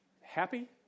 Happy